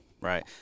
Right